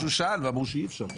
אני מצטער,